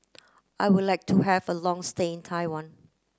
I would like to have a long stay in Taiwan